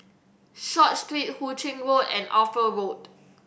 Short Street Hu Ching Road and Ophir Road